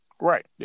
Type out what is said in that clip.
Right